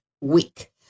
week